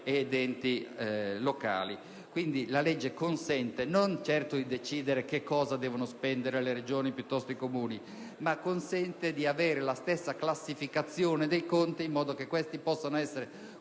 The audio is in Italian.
ed enti locali. La legge consente non certo di decidere che cosa devono spendere le Regioni piuttosto che i Comuni, ma di avere la stessa classificazione dei conti in modo che questi possano essere